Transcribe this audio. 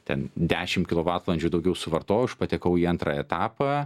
ten dešim kilovatvalandžių daugiau suvartoju aš patekau į antrą etapą